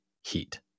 heat